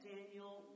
Daniel